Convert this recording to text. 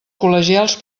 col·legials